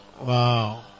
Wow